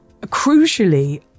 crucially